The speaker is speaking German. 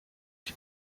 die